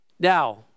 Now